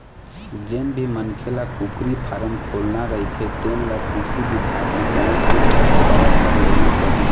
जेन भी मनखे ल कुकरी फारम खोलना रहिथे तेन ल कृषि बिभाग म बने पूछ परख कर लेना चाही